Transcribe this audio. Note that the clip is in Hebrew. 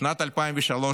בשנת 2003,